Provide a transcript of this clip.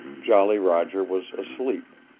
jolly roger was asleep.